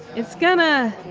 it's gonna.